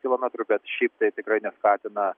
kilometrų bet šiaip tai tikrai neskatina